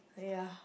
ya